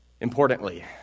importantly